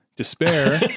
despair